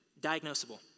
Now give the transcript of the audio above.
diagnosable